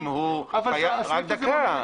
אם הוא --- אבל הסעיף הזה --- רק דקה,